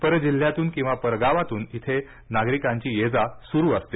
परजिल्ह्यातून किंवा परगावातून इथं नागरिकांची ये जा सुरु असते